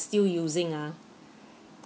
still using ah